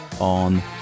on